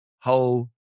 ho